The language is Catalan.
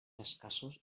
escassos